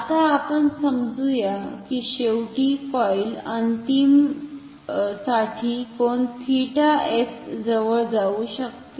आता आपण समजूया की शेवटी कॉइल अंतिम साठी कोन 𝜃f जवळ जाऊ शकते